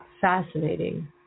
fascinating